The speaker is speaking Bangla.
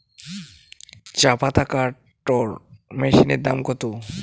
চাপাতা কাটর মেশিনের দাম কত?